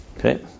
Okay